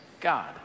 God